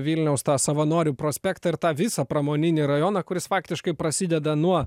vilniaus savanorių prospektą ir tą visą pramoninį rajoną kuris faktiškai prasideda nuo